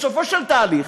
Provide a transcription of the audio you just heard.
בסופו של תהליך,